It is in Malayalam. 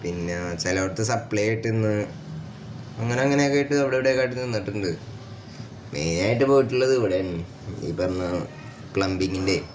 പിന്നെ ചിലയിടത്ത് സപ്ലൈ ആയിട്ട് ഇന്ന് അങ്ങനെ അങ്ങനെയൊക്കെ ആയിട്ട് അവിടെ ഇവിടെയൊക്കെ ആയിട്ട് നിന്നിട്ടുണ്ട് മെയിൻ ആയിട്ട് പോയിട്ടുള്ളത് ഇവിടാണ് ഈ പറഞ്ഞ പ്ലംബിങ്ങിൻ്റെ